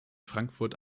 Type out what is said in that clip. frankfurt